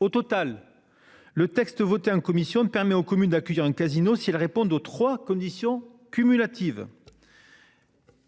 Au total. Le texte voté en commission de permet aux communes d'accueillir un casino si elles répondent aux 3 conditions cumulatives.